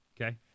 Okay